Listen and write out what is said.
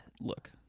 look